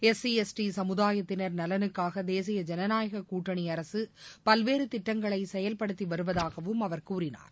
S C S T சமுதாயத்தினர் நலனுக்காக தேசிய ஜனநாயக கூட்டணி அரசு பல்வேறு திட்டங்களை செயல்படுத்தி வருவதாகவும் அவர் கூறினார்